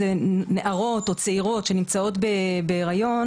אם זה נערות או צעירות שנמצאות בהיריון,